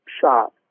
shot